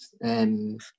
and-